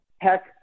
Heck